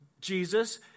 Jesus